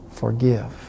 forgive